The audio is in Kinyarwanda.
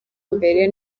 imbere